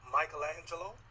Michelangelo